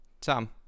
Tom